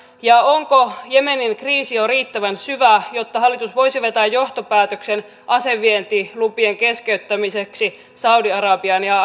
ja onko jemenin kriisi jo riittävän syvä jotta hallitus voisi vetää johtopäätöksen asevientilupien keskeyttämiseksi saudi arabiaan ja